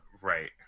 Right